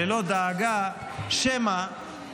ללא דאגה שמא,